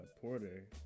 porter